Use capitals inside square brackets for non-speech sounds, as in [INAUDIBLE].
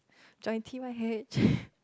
join T_Y_H [LAUGHS]